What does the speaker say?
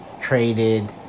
traded